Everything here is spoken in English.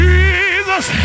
Jesus